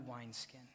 wineskin